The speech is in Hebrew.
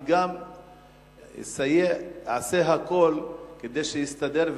אני גם אעשה הכול כדי שיסתדר,